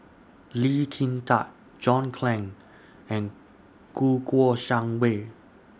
Lee Kin Tat John Clang and Kouo Shang Wei